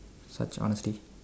that's honesty